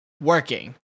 working